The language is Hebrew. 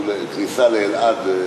שהוא הכניסה לאלעד,